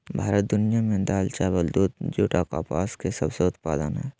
भारत दुनिया में दाल, चावल, दूध, जूट आ कपास के सबसे उत्पादन हइ